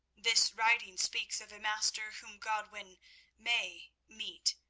this writing speaks of a master whom godwin may meet,